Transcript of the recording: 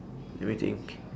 let me think